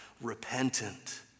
repentant